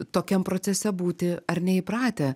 tokiam procese būti ar neįpratę